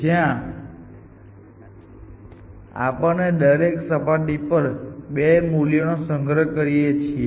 જ્યાં આપણે દરેક સપાટી પર 2 મૂલ્યોનો સંગ્રહ કરીએ છીએ